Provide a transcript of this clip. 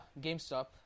GameStop